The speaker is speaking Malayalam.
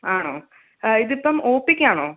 ആണോ ആ ഇതിപ്പം ഓ പ്പി ക്ക് ആണോ